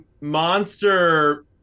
monster